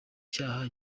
cyaha